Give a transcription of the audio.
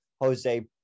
Jose